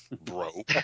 bro